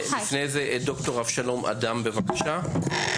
לפני כן, ד"ר אבשלום אדם, בבקשה.